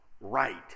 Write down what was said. right